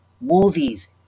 movies